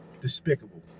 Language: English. Despicable